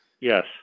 yes